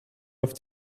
auf